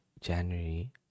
January